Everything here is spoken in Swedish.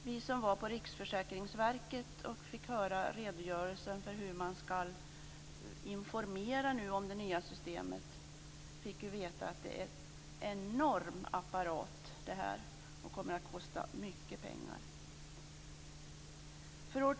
Vi som var på Riksförsäkringsverket och fick höra redogörelsen för hur man skall informera om det nya systemet fick veta att det är en enorm apparat och att det kommer att kosta mycket pengar.